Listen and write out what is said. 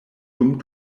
dum